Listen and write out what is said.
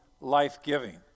life-giving